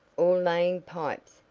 or laying pipes,